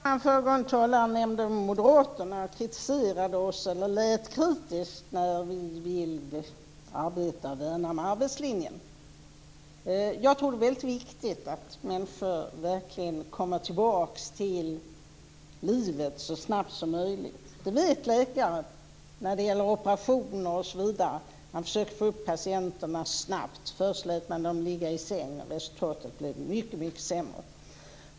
Fru talman! Föregående talare nämnde moderaterna och lät kritisk mot att vi vill värna om arbetslinjen. Jag tror att det är väldigt viktigt att människor verkligen kommer tillbaks till livet så snabbt som möjligt. Det vet läkare när det gäller operationer, osv. Man försöker få upp patienterna snabbt. Förr lät man dem ligga i sängen, och resultatet blev mycket sämre.